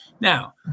Now